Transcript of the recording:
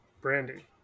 Brandy